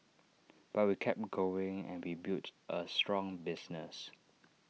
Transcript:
but we kept going and we built A strong business